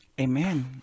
Amen